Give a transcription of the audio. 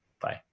Bye